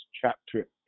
chapter